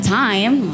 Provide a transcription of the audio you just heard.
time